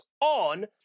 on